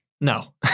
No